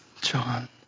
John